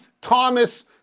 Thomas